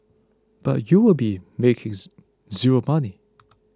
but you'll be makings zero money